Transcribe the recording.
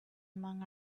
among